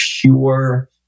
pure